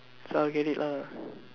so I'll get it lah